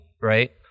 right